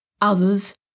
others